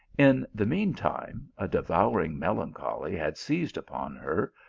in the mean time, a devour ing melancholy had seized upon her,